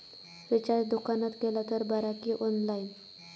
Recharge दुकानात केला तर बरा की ऑनलाइन?